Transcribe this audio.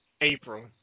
April